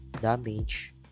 damage